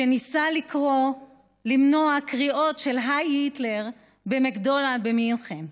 שניסה למנוע קריאות של "הייל היטלר" במקדונלד'ס במינכן.